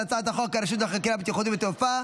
הצעת החוק הרשות לחקירה בטיחותית בתעופה,